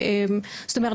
זאת אומרת,